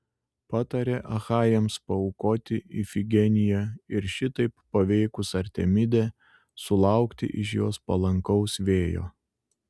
patarė achajams paaukoti ifigeniją ir šitaip paveikus artemidę sulaukti iš jos palankaus vėjo